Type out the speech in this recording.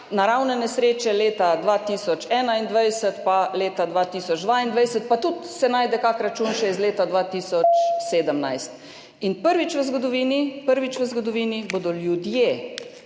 naravne nesreče leta 2021 in leta 2022, najde se pa tudi kakšen račun še iz leta 2017. Prvič v zgodovini, prvič v zgodovini bodo ljudje